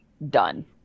done